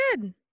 good